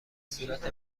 صورت